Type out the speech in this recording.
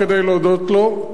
כדי להודות לו,